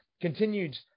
continued